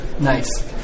Nice